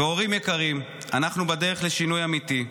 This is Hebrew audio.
והורים יקרים, אנחנו בדרך לשינוי אמיתי.